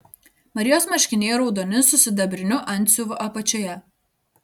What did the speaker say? marijos marškiniai raudoni su sidabriniu antsiuvu apačioje